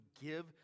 give